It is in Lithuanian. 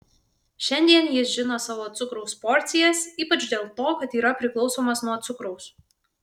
šiandien jis žino savo cukraus porcijas ypač dėl to kad yra priklausomas nuo cukraus